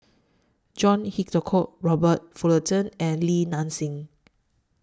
John Hitchcock Robert Fullerton and Li Nanxing